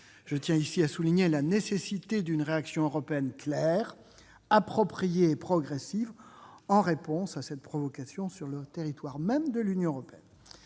Je tiens ici à souligner la nécessité d'une réaction européenne claire, appropriée et progressive en réponse à cette provocation sur le territoire même de l'UE, bien